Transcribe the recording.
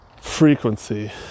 frequency